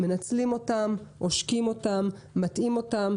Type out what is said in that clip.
מנצלים אותם, עושקים אותם, מטעים אותם.